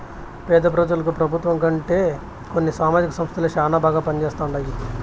పేద పెజలకు పెబుత్వం కంటే కొన్ని సామాజిక సంస్థలే శానా బాగా పంజేస్తండాయి